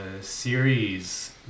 series